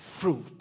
fruit